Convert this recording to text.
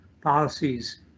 policies